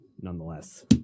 nonetheless